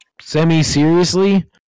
semi-seriously